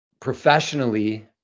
Professionally